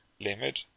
Limit